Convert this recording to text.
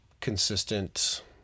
consistent